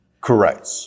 Correct